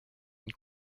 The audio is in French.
une